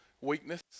weakness